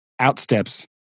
Outsteps